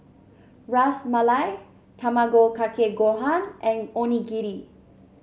Ras Malai Tamago Kake Gohan and Onigiri